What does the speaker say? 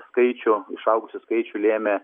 skaičių išaugusį skaičių lėmė